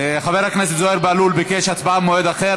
חבר הכנסת זוהיר בהלול ביקש הצבעה במועד אחר,